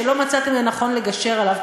שלא מצאתם לנכון לגשר עליו.